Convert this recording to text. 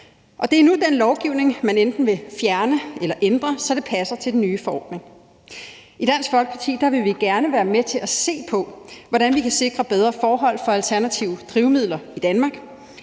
det er nu den lovgivning, man enten vil fjerne eller ændre, så det passer til den nye forordning. I Dansk Folkeparti vil vi gerne være med til at se på, hvordan vi kan sikre bedre forhold for alternative drivmidler i Danmark,